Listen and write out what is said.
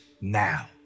now